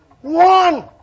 One